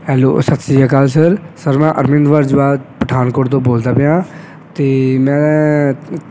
hello ਸਤਿ ਸ਼੍ਰੀ ਅਕਾਲ ਸਰ ਸਰ ਮੈਂ ਅਰਵਿੰਦ ਭਾਰਦਵਾਜ ਪਠਾਨਕੋਟ ਤੋਂ ਬੋਲਦਾ ਪਿਆ ਅਤੇ ਮੈਂ